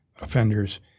offenders